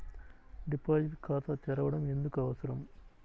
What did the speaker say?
Deposit ఖాతా తెరవడం ఎందుకు అవసరం?